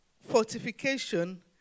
fortification